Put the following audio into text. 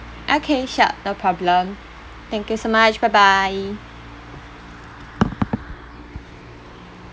okay sure no problem thank you so much bye bye